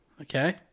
okay